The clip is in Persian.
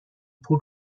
پول